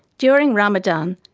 during ramadan,